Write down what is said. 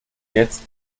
jetzt